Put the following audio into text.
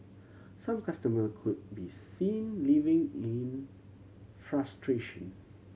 some customer could be seen leaving in frustration